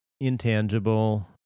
intangible